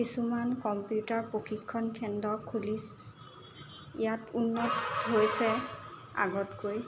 কিছুমান কম্পিউটাৰ প্ৰশিক্ষণ কেন্দ্ৰ খুলি ইয়াত উন্নত হৈছে আগতকৈ